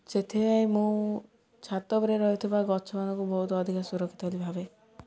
ସେଥିପାଇଁ ମୁଁ ଛାତ ଉପରେ ରହିଥିବା ଗଛମାନଙ୍କୁ ବହୁତ ଅଧିକା ସୁରକ୍ଷିତ ବୋଲି ଭାବେ